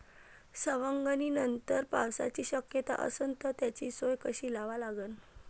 सवंगनीनंतर पावसाची शक्यता असन त त्याची सोय कशी लावा लागन?